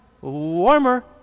Warmer